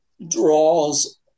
draws